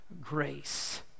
grace